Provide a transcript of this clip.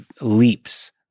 leaps